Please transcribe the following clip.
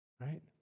right